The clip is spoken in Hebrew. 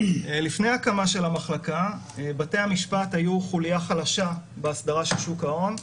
לפני ההקמה של המחלקה בתי המשפט היו החוליה החלשה בהסדרה של שוק ההון,